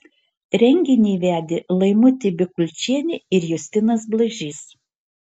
renginį vedė laimutė bikulčienė ir justinas blažys